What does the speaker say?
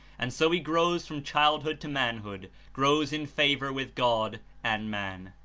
and so he grows from childhood to manhood, grows in favor with god and man.